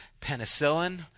penicillin